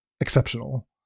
exceptional